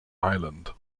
ireland